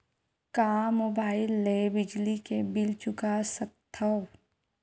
का मुबाइल ले बिजली के बिल चुका सकथव?